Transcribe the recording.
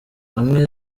amwe